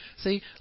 See